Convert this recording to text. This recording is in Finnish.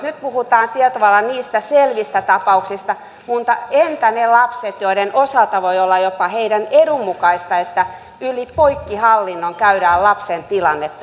nyt puhutaan tietyllä tavalla niistä selvistä tapauksista mutta entä ne lapset joiden osalta voi olla jopa heidän etunsa mukaista että yli poikkihallinnon käydään lapsen tilannetta lävitse